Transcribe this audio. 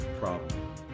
problem